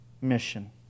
mission